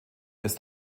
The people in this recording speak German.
ist